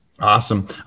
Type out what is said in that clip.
Awesome